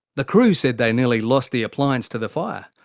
the crew said they nearly lost the appliance to the fire.